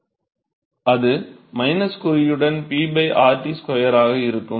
அது ஒரு குறியுடன் P RT2 ஆக இருக்கும்